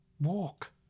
Walk